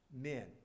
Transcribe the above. men